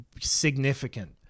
significant